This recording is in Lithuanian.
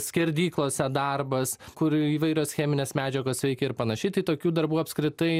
skerdyklose darbas kur įvairios cheminės medžiagos veikia ir panašiai tai tokių darbų apskritai